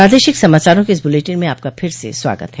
प्रादेशिक समाचारों के इस बुलेटिन में आपका फिर से स्वागत है